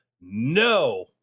No